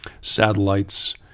satellites